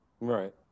Right